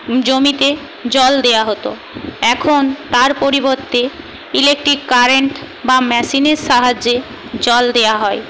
জমিতে জল দেয়া হতো এখন তার পরিবর্তে ইলেক্ট্রিক কারেন্ট বা মেশিনের সাহায্যে জল দেয়া হয়